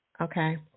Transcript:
Okay